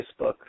Facebook